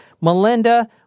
Melinda